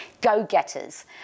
go-getters